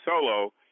solo